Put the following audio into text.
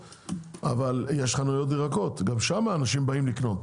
אבל יש חנויות של ירקות שגם שם האנשים באים לקנות.